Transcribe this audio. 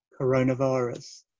coronavirus